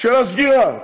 של הסגירה.